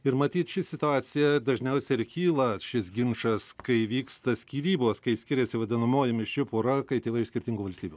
ir matyt ši situacija dažniausiai ir kyla šis ginčas kai įvyksta skyrybos kai skiriasi vadinamoji mišri pora kai tėvai iš skirtingų valstybių